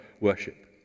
worship